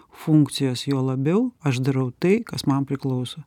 funkcijos juo labiau aš darau tai kas man priklauso